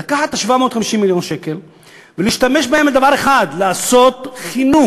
לקחת את 750 מיליון השקל ולהשתמש בהם לדבר אחד: חינוך,